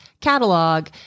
catalog